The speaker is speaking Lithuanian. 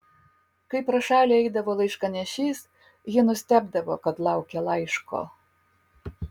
kai pro šalį eidavo laiškanešys ji nustebdavo kad laukia laiško